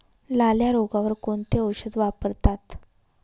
लाल्या रोगावर कोणते औषध वापरतात?